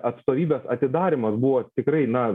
atstovybės atidarymas buvo tikrai na